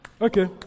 Okay